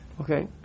Okay